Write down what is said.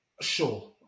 Sure